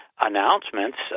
announcements